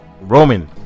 Roman